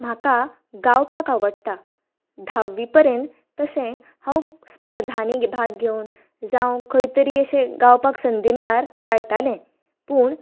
म्हाका गावपाक आवडटा धाव्वी पर्यंत तशे हांव स्पर्धांनी भाग घेवन जाव खंय तरी अशें गावपाक संदी मेळ्यार गायताले पूण